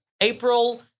April